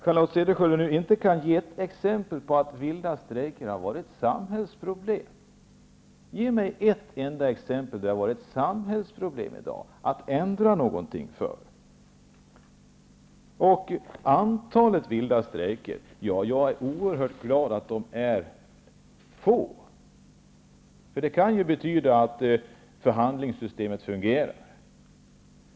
Charlotte Cederschiöld kan inte ge ett exempel på att vilda strejker har varit ett samhällsproblem. Ge mig ett enda exempel på när de har varit ett samhällsproblem. Jag är oerhört glad över att antalet vilda strejker är litet. Det kan ju betyda att förhandlingssystemet fungerar.